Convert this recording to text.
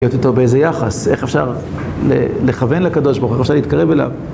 להיות איתו באיזה יחס, איך אפשר לכוון לקדוש ברוך הוא, איך אפשר להתקרב אליו